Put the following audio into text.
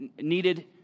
needed